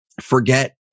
forget